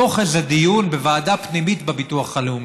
בתוך איזה דיון בוועדה פנימית בביטוח הלאומי?